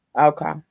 Okay